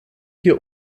hier